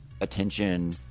attention